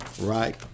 right